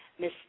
Miss